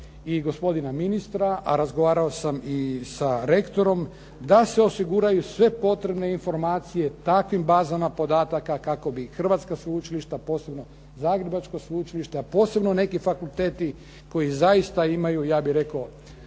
i gospodina ministra, a razgovarao sam i sa rektorom da se osiguraju sve potrebne informacije takvim bazama podataka kako bi i hrvatska sveučilišta, posebno Zagrebačko sveučilište a posebno neki fakulteti koji zaista imaju ja bih rekao